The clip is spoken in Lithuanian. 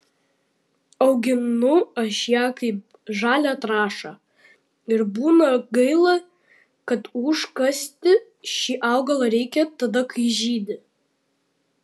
auginu aš ją kaip žalią trąšą ir būna gaila kad užkasti šį augalą reikia tada kai žydi